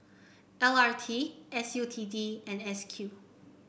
L R T S U T D and S Q